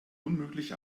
unmöglich